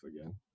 again